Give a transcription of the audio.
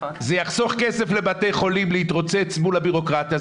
זה יחסוך כסף לבתי חולים להתרוצץ מול הבירוקרטיה,